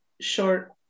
short